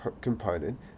component